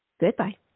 Goodbye